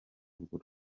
urwo